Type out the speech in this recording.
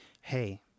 Hey